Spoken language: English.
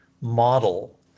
model